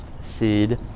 seed